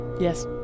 Yes